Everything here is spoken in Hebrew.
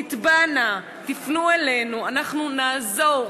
תתבענה, תפנו אלינו, אנחנו נעזור.